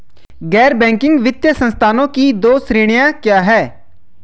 गैर बैंकिंग वित्तीय संस्थानों की दो श्रेणियाँ क्या हैं?